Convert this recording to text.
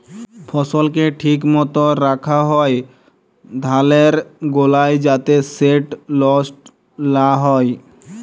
ফসলকে ঠিক মত রাখ্যা হ্যয় ধালের গলায় যাতে সেট লষ্ট লা হ্যয়